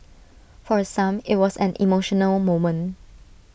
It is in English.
for some IT was an emotional moment